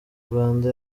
rwanda